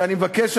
ואני מבקש,